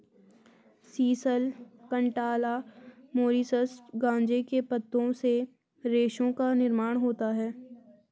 sisal, cantala, Mauritius गांजे के पत्तों से रेशों का निर्माण होता रहा है